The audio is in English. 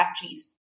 factories